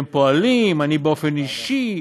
הם פועלים, "אני באופן אישי,